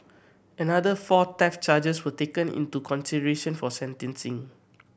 another four theft charges were taken into consideration for sentencing